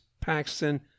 Paxton